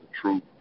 truth